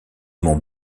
monts